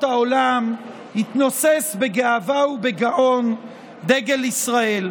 העולם מתנוסס בגאווה ובגאון דגל ישראל.